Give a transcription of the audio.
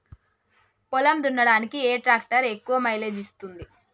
పొలం దున్నడానికి ఏ ట్రాక్టర్ ఎక్కువ మైలేజ్ ఇస్తుంది?